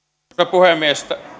puhemies